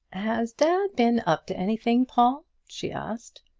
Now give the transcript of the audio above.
has dad been up to anything, paul? she asked.